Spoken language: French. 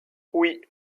oui